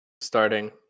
starting